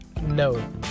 no